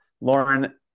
Lauren